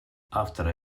авторы